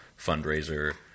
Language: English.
fundraiser